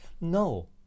No